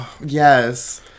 Yes